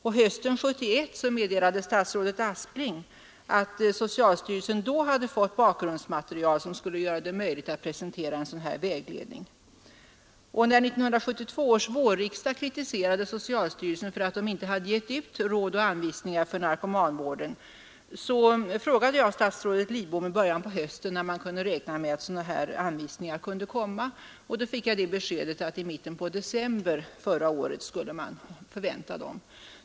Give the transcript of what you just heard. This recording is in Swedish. På hösten 1971 meddelade statsrådet Aspling att socialstyrelsen då hade fått bakgrundmaterial som skulle göra det möjligt att presentera en sådan vägledning. När 1972 års vårriksdag kritiserade socialstyrelsen för att den inte hade gett ut råd och anvisningar för narkomanvården, frågade jag statsrådet Lidbom i början på hösten när man kunde räkna med att sådana här anvisningar skulle komma. Jag fick det beskedet att i mitten på december förra året kunde man förvänta dem.